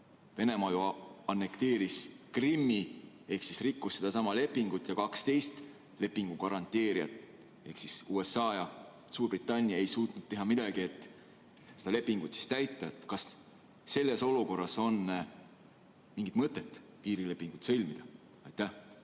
Venemaa ju annekteeris Krimmi ehk rikkus sedasama lepingut ja kaks teist lepingu garanteerijat ehk USA ja Suurbritannia ei suutnud teha midagi, et seda lepingut täita. Kas selles olukorras on mingit mõtet piirilepingut sõlmida? Aitäh!